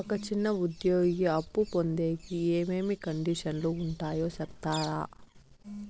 ఒక చిన్న ఉద్యోగి అప్పు పొందేకి ఏమేమి కండిషన్లు ఉంటాయో సెప్తారా?